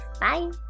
bye